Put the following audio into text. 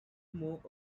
move